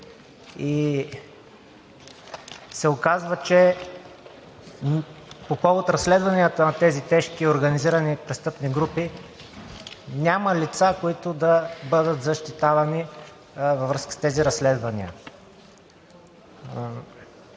и се оказва, че по повод разследванията на тези тежки организирани престъпни групи няма лица, които да бъдат защитавани във връзка с тези разследвания.